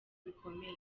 bikomeye